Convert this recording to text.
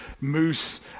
moose